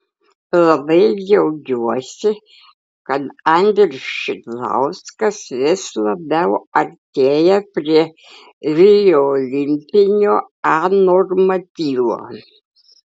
labai džiaugiuosi kad andrius šidlauskas vis labiau artėja prie rio olimpinio a normatyvo